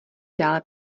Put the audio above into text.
dále